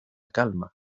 calma